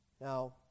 Now